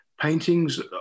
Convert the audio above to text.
paintings